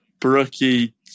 brookie